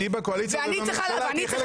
כשתהיי בקואליציה- -- אני לא בקואליציה.